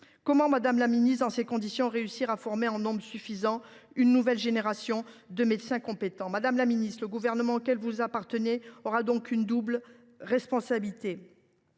Comment, dans ces conditions, réussir à former en nombre suffisant une nouvelle génération de médecins compétents ? Madame la ministre, le gouvernement auquel vous appartenez aura donc une double responsabilité.